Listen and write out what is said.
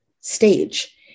stage